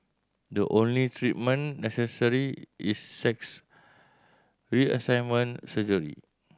the only treatment necessary is sex reassignment surgery